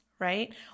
right